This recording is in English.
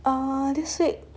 uh this week